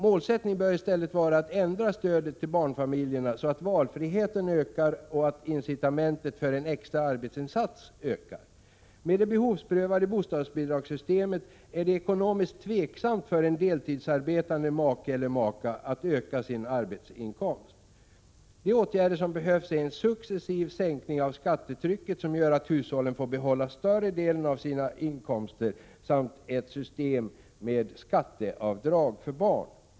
Målsättningen bör i stället vara att ändra stödet till barnfamiljerna så, att valfriheten och incitamentet till en extra arbetsinsats ökar. Med det behovsprövade bostadsbidragssystemet är det från ekonomisk synpunkt tveksamt om det lönar sig för en deltidsarbetande make eller maka att öka sin arbetsinkomst. Vad som behövs är en successiv sänkning av skattetrycket som gör att hushållen får behålla en större del av sina inkomster samt ett system med skatteavdrag för barn.